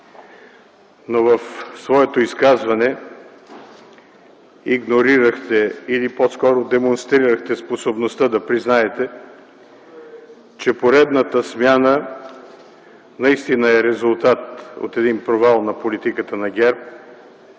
но в своето изказване игнорирахте или по-скоро демонстрирахте способността да признаете, че поредната смяна наистина е резултат от провал на политиката на ГЕРБ